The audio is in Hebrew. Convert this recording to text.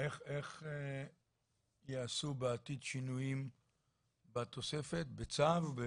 --- איך יעשו בעתיד שינויים בתוספת, בצו?